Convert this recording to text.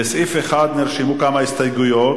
לסעיף 1 נרשמו כמה הסתייגויות.